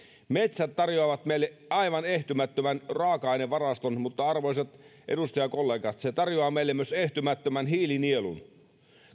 metsät tarjoavat meille aivan ehtymättömän raaka ainevaraston mutta arvoisat edustajakollegat se tarjoaa meille myös ehtymättömän hiilinielun